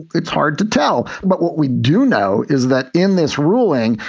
it's hard to tell. but what we do know is that in this ruling,